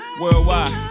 worldwide